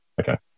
Okay